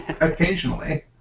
occasionally